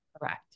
Correct